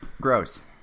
gross